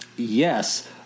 yes